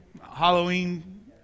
Halloween